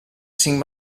cinc